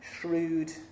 shrewd